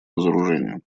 разоружению